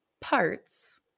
parts